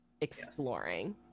exploring